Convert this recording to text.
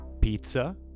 Pizza